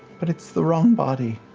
but it's the wrong body.